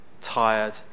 tired